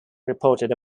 reported